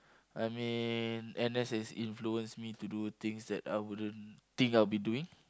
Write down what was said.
I mean N_S has influence me to do things that I wouldn't think I'll be doing